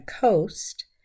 coast